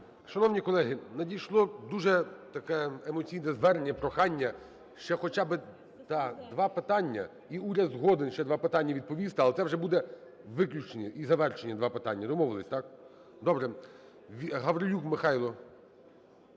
Шановні колеги, надійшло дуже таке емоційне звернення, прохання: ще хоча би два питання. І уряд згоден ще на два питання відповісти, але це вже буде виключні і завершені два питання. Домовилися,